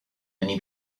many